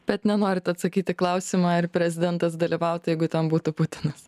bet nenorit atsakyt į klausimą ar prezidentas dalyvautų jeigu ten būtų putinas